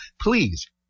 please